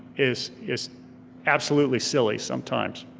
is is absolutely silly sometimes.